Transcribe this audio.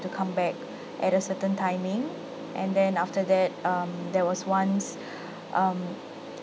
to come back at a certain timing and then after that um there was once um